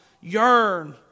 yearn